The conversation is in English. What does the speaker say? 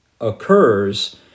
occurs